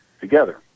together